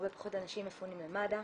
הרבה פחות אנשים מפונים למד"א.